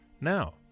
Now